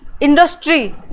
industry